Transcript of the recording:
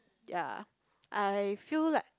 ya I feel like